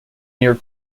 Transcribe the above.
near